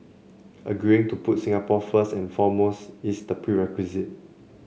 agreeing to put Singapore first and foremost is the prerequisite